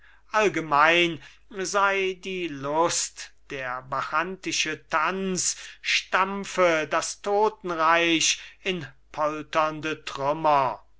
allgemein sei die lust der bacchantische tanz stampfe das totenreich in polternde trümmer